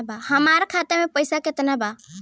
हमरा खाता में पइसा केतना बा?